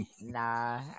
Nah